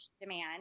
demand